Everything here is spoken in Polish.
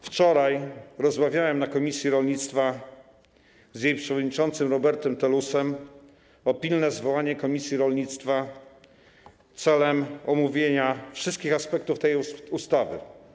Wczoraj rozmawiałem na posiedzeniu komisji rolnictwa z jej przewodniczącym Robertem Telusem o pilnym zwołaniu komisji rolnictwa celem omówienia wszystkich aspektów tej ustawy.